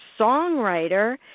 songwriter